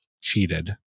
cheated